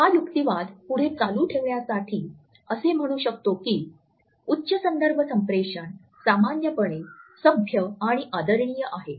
हा युक्तिवाद पुढे चालू ठेवण्यासाठी असे म्हणू शकतो की उच्च संदर्भ संप्रेषण सामान्यपणे सभ्य आणि आदरणीय आहे